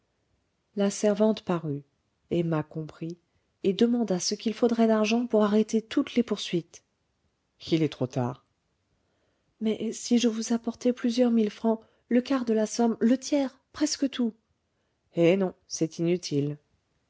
la servante parut emma comprit et demanda ce qu'il faudrait d'argent pour arrêter toutes les poursuites il est trop tard mais si je vous apportais plusieurs mille francs le quart de la somme le tiers presque tout eh non c'est inutile